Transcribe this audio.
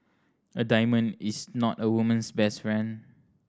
a diamond is not a woman's best friend